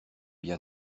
bien